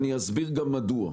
אני אסביר גם מדוע: